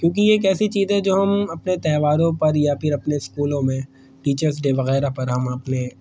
کیونکہ یہ ایک ایسی چیز ہے جو ہم اپنے تہواروں پر یا پھر اپنے اسکولوں میں ٹیچرس ڈے وغیرہ پر ہم اپنے